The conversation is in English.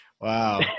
wow